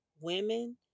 women